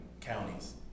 counties